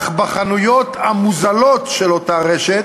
אך בחנויות המוזלות של אותה רשת,